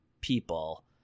people